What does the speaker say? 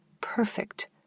perfect